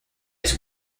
his